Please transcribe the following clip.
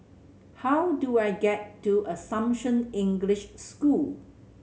how do I get to Assumption English School